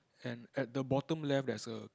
and at the bottom left there's a